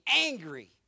angry